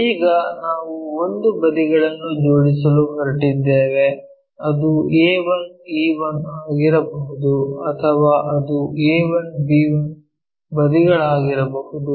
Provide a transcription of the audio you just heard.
ಈಗ ನಾವು ಒಂದು ಬದಿಗಳನ್ನು ಜೋಡಿಸಲು ಹೊರಟಿದ್ದೇವೆ ಅದು a1 e1 ಆಗಿರಬಹುದು ಅಥವಾ ಅದು a1 b1 ಬದಿಗಳಾಗಿರಬಹುದು